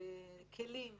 כלים ותוכניות,